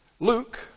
Luke